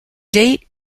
date